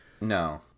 no